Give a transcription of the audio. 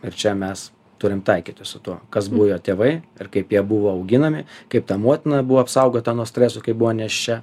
ir čia mes turim taikytis su tuo kas buvo jo tėvai ir kaip jie buvo auginami kaip ta motina buvo apsaugota nuo stresų kai buvo nėščia